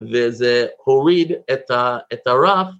וזה הוריד את הרף